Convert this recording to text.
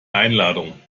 einladung